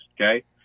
okay